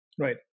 Right